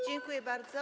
Dziękuję bardzo.